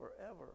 forever